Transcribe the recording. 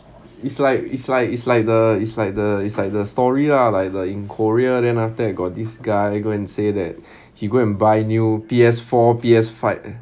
it's like it's like it's like the it's like the it's like the story lah like the in korea then after that got this guy go and say that he go and buy new P_S four P_S five